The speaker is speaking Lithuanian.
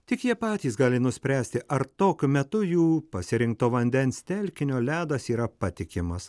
tik jie patys gali nuspręsti ar tokiu metu jų pasirinkto vandens telkinio ledas yra patikimas